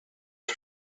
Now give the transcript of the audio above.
her